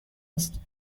است